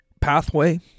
pathway